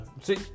See